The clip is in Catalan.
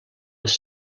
les